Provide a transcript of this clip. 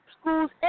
schools